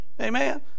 Amen